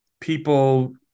people